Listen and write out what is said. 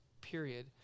period